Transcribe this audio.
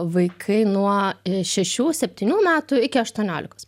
vaikai nuo šešių septynių metų iki aštuoniolikos